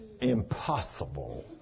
impossible